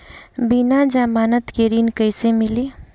बिना जमानत के ऋण कैसे मिली?